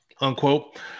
unquote